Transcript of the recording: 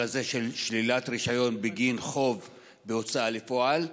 הזה של שלילת רישיון בגין חוב להוצאה לפועל.